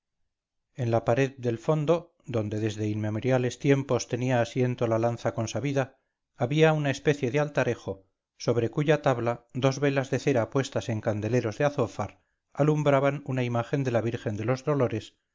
en la pared del fondo donde desde inmemoriales tiempos tenía asiento la lanza consabida había una especie de altarejo sobre cuya tabla dos velas de cera puestas en candeleros de azófar alumbraban una imagen de la virgen de los dolores